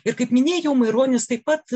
ir kaip minėjau maironis taip pat